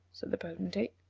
said the potentate.